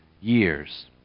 years